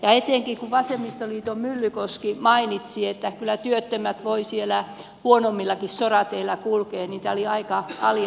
ja etenkin kun vasemmistoliiton myllykoski mainitsi että kyllä työttömät voivat siellä huonommillakin sorateillä kulkea niin tämä oli aika ala arvoista